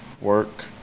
work